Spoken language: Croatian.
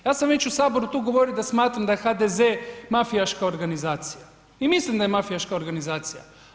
Ja sam već u Saboru tu govorio da smatram da je HDZ-e mafijaška organizacija i mislim da je mafijaška organizacija.